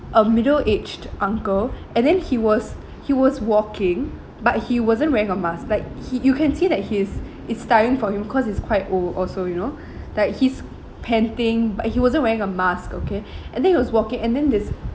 a middle aged uncle and then he was he was walking but he wasn't wearing a mask like he you can see that his it's tiring for him cause he's quite old also you know that he's panting but he wasn't wearing a mask okay and then he was walking and then this